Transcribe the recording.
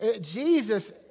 Jesus